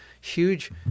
huge